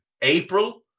April